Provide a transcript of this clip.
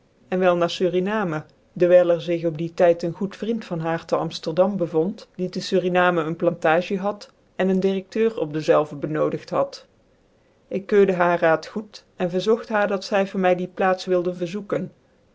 en wel na sarinamen dewijl er zich op die tyd een goed vriend van haar t'amflerdam bevond die tc suriname een plantagic had en een directeur op dezelve benodigt had ik keurde haar raad goed en verzogt haar dat zy voor my die plaats wilde verzoeken